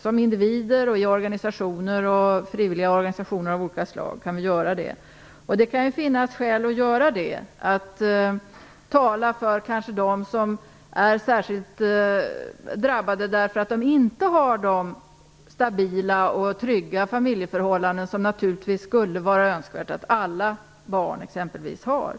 Som individer och i frivilliga organisationer av olika slag kan vi göra detta. Det kan finnas skäl att kanske tala för dem som är särskilt drabbade på grund av att de inte har de stabila och trygga familjeförhållanden som man naturligtvis skulle önska att alla barn, exempelvis, har.